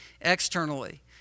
externally